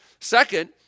Second